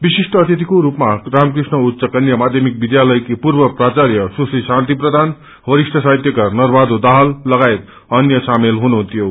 विशिष्ट अतिथिको रूपामा रामकृष्ण उच्च कन्या माध्यमिक विध्यालयकी प्राच्मय सुश्री शान्ति प्रधान वरिष्ठ साहित्यकार नरबहादुर दाहाल लगाय अ अन्य शामेल थिए